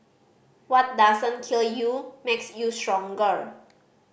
what doesn't kill you makes you stronger